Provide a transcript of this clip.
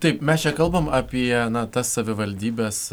taip mes čia kalbam apie na tas savivaldybes